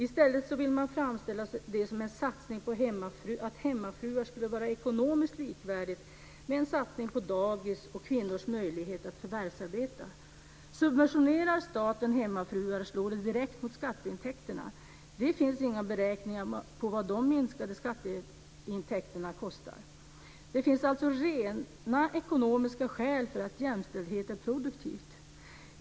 I stället vill man framställa det som att en satsning på hemmafruar skulle vara ekonomiskt likvärdigt med en satsning på dagis och kvinnors möjligheter att förvärvsarbeta. Subventionerar staten hemmafruar slår det direkt mot skatteintäkterna. Det finns inga beräkningar på vad dessa minskade skatteintäkter kostar. Det finns alltså rena ekonomiska skäl för att anse att jämställdhet är produktivt.